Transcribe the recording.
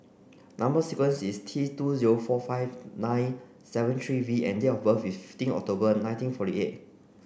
number sequence is T two zero four five nine seven three V and date of birth is fifteen October nineteen forty eight